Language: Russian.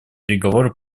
переговоры